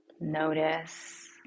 Notice